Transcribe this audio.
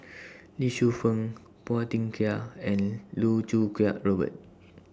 Lee Shu Fen Phua Thin Kiay and Loh Choo Kiat Robert